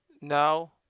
Now